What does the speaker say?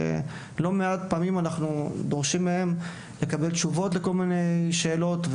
ובלא מעט פעמים אנחנו דורשים מהם לקבל תשובות לכל מיני שאלות.